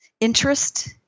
interest